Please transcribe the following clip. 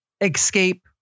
escape